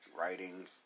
writing